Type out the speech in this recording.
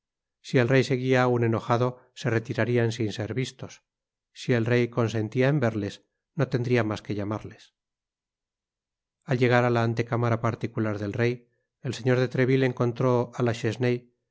si el rey seguia aun enojado se retirarian sin ser vistos si el rey consentia en vertes no tendria mas que tlamarles al llegar á la antecámara particular del rey el señor de treville encontró á lachesuaye por